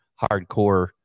hardcore